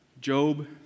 Job